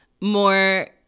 More